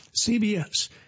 CBS